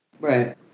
Right